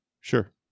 sure